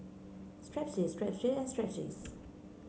Strepsils Strepsils and Strepsils